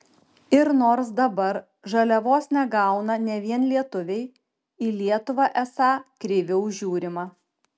ir nors dabar žaliavos negauna ne vien lietuviai į lietuvą esą kreiviau žiūrima